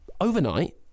overnight